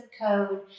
code